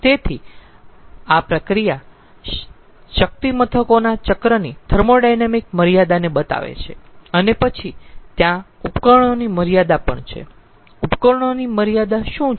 તેથી આ પ્રક્રિયા શક્તિ મથકોના ચક્રની થર્મોોડાયનેમિક મર્યાદાને બતાવે છે અને પછી ત્યાં ઉપકરણોની મર્યાદા પણ છેઉપકરણોની આ મર્યાદા શું છે